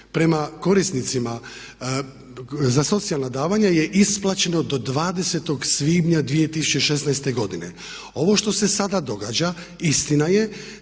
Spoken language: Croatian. prema korisnicima za socijalna davanja je isplaćeno do 20.svibnja 2016.godine. Ovo što se sada događa istina je